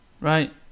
right